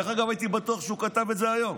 הייתי בטוח שהוא כתב את זה היום.